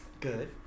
good